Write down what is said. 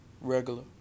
regular